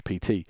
PT